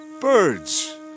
Birds